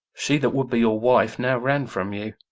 she that would be your wife now ran from you.